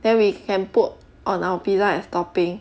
then we can put on our pizza as topping